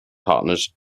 partners